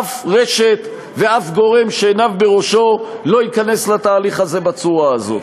אף רשת ואף גורם שעיניו בראשו לא ייכנס לתהליך הזה בצורה הזאת.